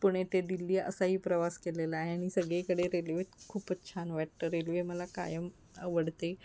पुणे ते दिल्ली असाही प्रवास केलेला आहे आणि सगळीकडे रेल्वे खूपच छान वाटतं रेल्वे मला कायम आवडते